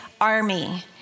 army